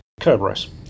Kerberos